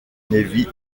navy